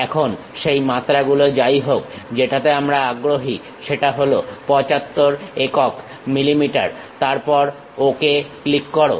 এখন সেই মাত্রাগুলো যাইহোক যেটাতে আমরা আগ্রহী সেটা হল 75 একক mm তারপর ওকে ক্লিক করো